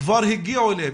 כבר הגיעו אליהם.